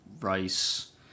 rice